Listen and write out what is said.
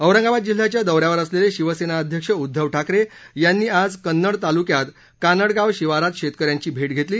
औरंगाबाद जिल्ह्याच्या दौऱ्यावर असलेले शिवसेना अध्यक्ष उद्धव ठाकरे यांनी आज कन्नड तालुक्यात कानडगाव शिवारात शेतकऱ्यांची भेट घेतली